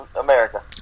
america